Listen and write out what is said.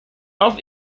auf